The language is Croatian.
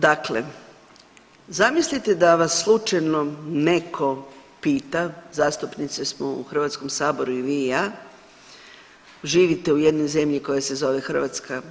Dakle, zamislite da vas slučajno netko pita zastupnice smo u Hrvatskom saboru i vi i ja, živite u jednoj zemlji koja se zove Hrvatska.